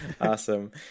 Awesome